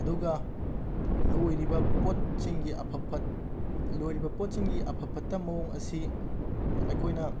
ꯑꯗꯨꯒ ꯂꯣꯏꯔꯤꯕ ꯄꯣꯠꯁꯤꯡꯒꯤ ꯑꯐ ꯐꯠ ꯂꯣꯏꯔꯤꯕ ꯄꯣꯠꯁꯤꯡꯒꯤ ꯑꯐ ꯐꯠꯇ ꯃꯑꯣꯡ ꯑꯁꯤ ꯑꯩꯈꯣꯏꯅ